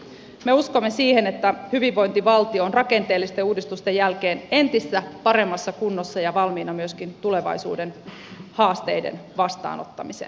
me uskomme siihen että hyvinvointivaltio on rakenteellisten uudistusten jälkeen entistä paremmassa kunnossa ja valmiina myöskin tulevaisuuden haasteiden vastaanottamiseen